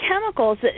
chemicals